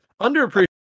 underappreciated